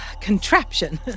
contraption